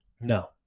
No